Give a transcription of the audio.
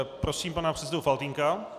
Prosím pana předsedu Faltýnka.